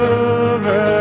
over